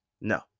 No